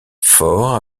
forts